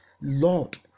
Lord